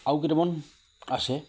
আৰু কেইটামান আছে